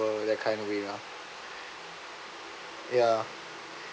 that kind of way lah